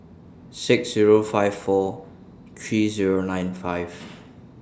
six Zero five four three Zero nine five